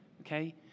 Okay